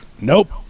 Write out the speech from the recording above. nope